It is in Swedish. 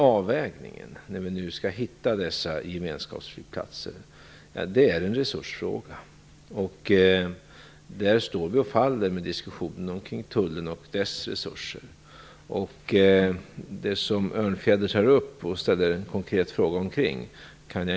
Avvägningen att hitta dessa gemenskapsflygplatser är en resursfråga. Där står och faller vi med diskussionen om Tullen och dess resurser. Jag kan inte ge ett svar på det som Krister Örnfjäder ställer en konkret fråga om.